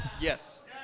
Yes